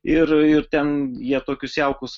ir ir ten jie tokius jaukus